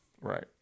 Right